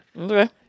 Okay